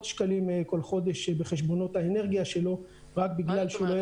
שקלים כל חודש בחשבונות האנרגיה שלו רק בגלל שהוא לא